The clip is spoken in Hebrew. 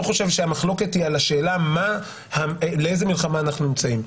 אני לא חושב שהמחלוקת היא על השאלה באיזו מלחמה אנחנו נמצאים.